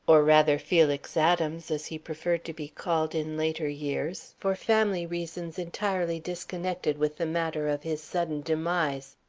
or, rather, felix adams, as he preferred to be called in later years for family reasons entirely disconnected with the matter of his sudden demise,